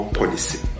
policy